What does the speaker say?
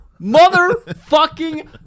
motherfucking